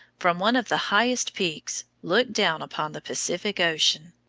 from one of the highest peaks, looked down upon the pacific ocean.